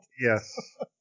Yes